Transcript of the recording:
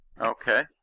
Okay